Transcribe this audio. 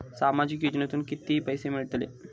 सामाजिक योजनेतून किती पैसे मिळतले?